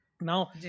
Now